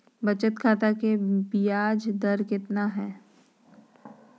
बचत खाता के बियाज दर कितना है?